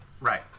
Right